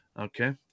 Okay